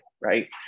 Right